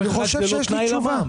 אני חושב שיש לי תשובה.